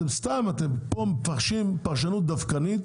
אתם מפרשים פה פרשנות דווקנית